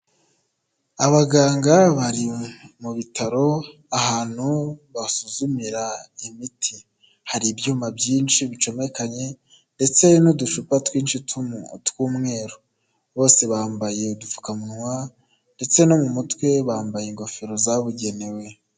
Abaganga bari mu bitaro ahantu basuzumira imiti, hari ibyuma byinshi bicomekanye, ndetse n'uducupa twinshi tw'umweru, bose bambaye udupfukamunwa ndetse no mu mutwe bambaye ingofero zabugenewe.